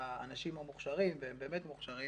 האנשים המוכשרים והם באמת מוכשרים